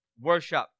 worship